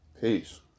Peace